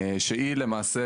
שהיא למעשה,